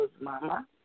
mama